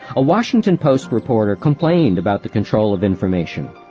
a washington post reporter complained about the control of information,